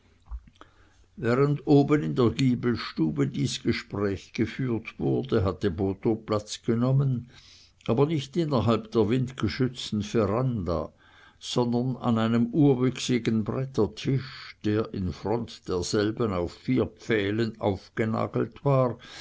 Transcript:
während oben in der giebelstube dies gespräch geführt wurde hatte botho platz genommen aber nicht innerhalb der windgeschützten veranda sondern an einem urwüchsigen brettertisch der in front derselben auf vier pfählen aufgenagelt war